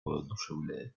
воодушевляет